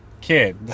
kid